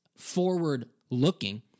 forward-looking